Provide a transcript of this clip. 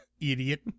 idiot